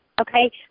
Okay